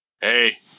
Hey